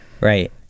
Right